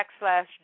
backslash